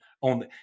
on